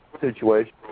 situation